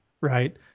right